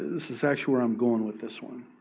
this is actually where i'm going with this one.